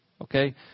Okay